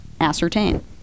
ascertain